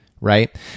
right